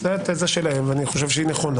זו התזה שלהם ואני חושב שהיא נכונה.